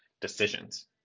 decisions